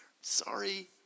Sorry